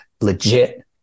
legit